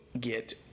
get